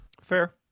Fair